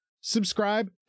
subscribe